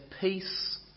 peace